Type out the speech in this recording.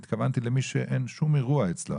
התכוונתי למי שאין שום אירוע אצלו.